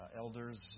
elders